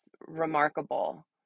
remarkable